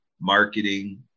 marketing